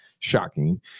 Shocking